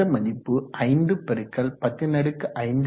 இந்த மதிப்பு 5 ×105